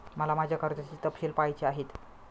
मला माझ्या कर्जाचे तपशील पहायचे आहेत